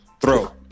Throw